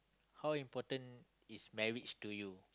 how important is marriage to you